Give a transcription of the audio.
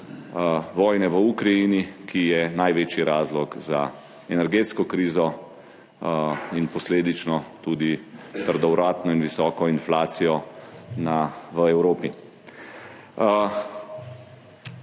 vojne v Ukrajini, ki je največji razlog za energetsko krizo in posledično tudi trdovratno in visoko inflacijo v Evropi.